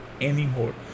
anymore